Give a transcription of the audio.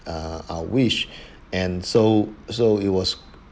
uh our wish and so so it was